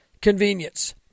convenience